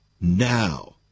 now